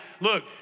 Look